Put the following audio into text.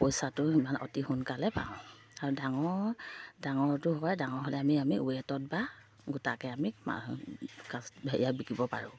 পইচাটো ইমান অতি সোনকালে পাওঁ আৰু ডাঙৰ ডাঙৰটো হয় ডাঙৰ হ'লে আমি আমি ৱেটত বা গোটাকৈ আমি কাচ হেৰিয়াত বিকিব পাৰোঁ